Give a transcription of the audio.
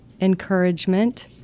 encouragement